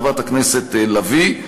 חברת הכנסת לביא.